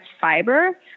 fiber